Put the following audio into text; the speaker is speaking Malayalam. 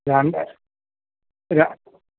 രണ്ട്